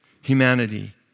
humanity